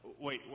Wait